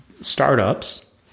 startups